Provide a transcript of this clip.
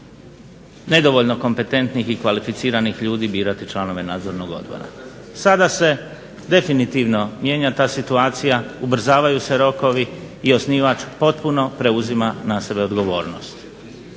nedovoljno kompetentnih i kvalificiranih ljudi birati članove nadzornog odbora. Sada se definitivno mijenja ta situacija, ubrzavaju se rokovi i osnivač potpuno preuzima na sebe odgovornost.